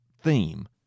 theme